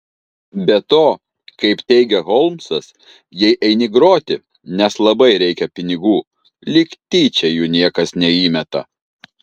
be to kaip teigia holmsas jei eini groti nes labai reikia pinigų lyg tyčia jų niekas neįmeta